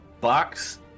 box